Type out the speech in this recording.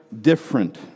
different